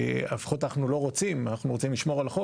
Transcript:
לפחות אנחנו לא רוצים, אנחנו רוצים לשמור על החוק.